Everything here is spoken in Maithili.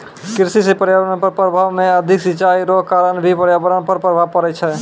कृषि से पर्यावरण पर प्रभाव मे अधिक सिचाई रो कारण भी पर्यावरण पर प्रभाव पड़ै छै